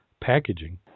packaging